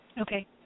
Okay